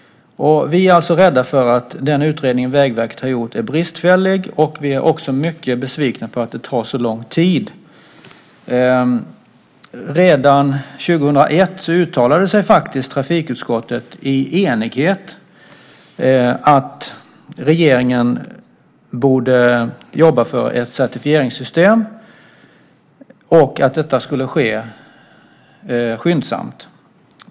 Vi är alltså rädda för att den utredning Vägverket har gjort är bristfällig. Vi är också mycket besvikna på att det tar så lång tid. Redan 2001 uttalade trafikutskottet i enighet att regeringen borde jobba för ett certifieringssystem och att detta skulle ske skyndsamt.